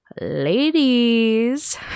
Ladies